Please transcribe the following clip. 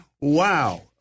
Wow